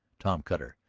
tom cutter,